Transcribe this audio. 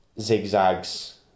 zigzags